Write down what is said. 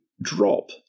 drop